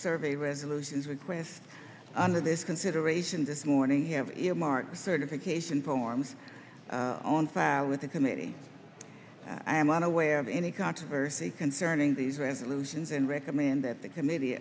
survey resolutions requests under this consideration this morning have earmarked certification forms on file with the committee i am unaware of any controversy concerning these resolutions and recommend that the committee